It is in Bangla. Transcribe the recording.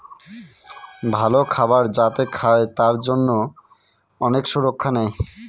ভালো খাবার যাতে খায় তার জন্যে অনেক সুরক্ষা নেয়